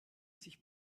sich